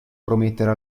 promettere